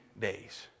days